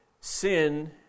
sin